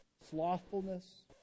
slothfulness